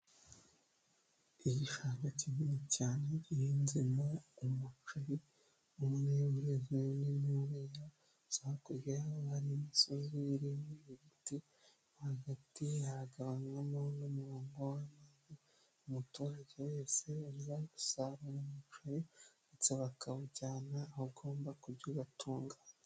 Igishanga kinini cyane gihinzemo umuceri, umwe ureze undi nturera. Hakurya yaho hari imisozi iriho ibiti, hagati haragabanywamo n'umurongo. Umuturage wese aza gusarura umuceri ndetse bakawujyana aho ugomba kujya ubatunga.